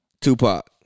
Tupac